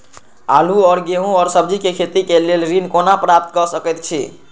आलू और गेहूं और सब्जी के खेती के लेल ऋण कोना प्राप्त कय सकेत छी?